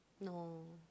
no